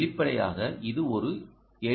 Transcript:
வெளிப்படையாக இது ஒரு எல்